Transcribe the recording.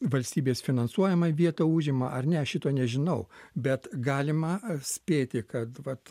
valstybės finansuojamą vietą užima ar ne aš šito nežinau bet galima spėti kad vat